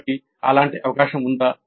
కాబట్టి అలాంటి అవకాశం ఉందా